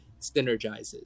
synergizes